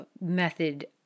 method